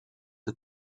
the